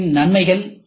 M இன் நன்மைகள்